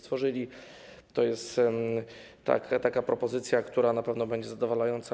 To jest taka propozycja, która na pewno będzie zadowalająca.